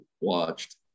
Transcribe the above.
watched